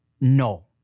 no